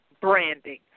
branding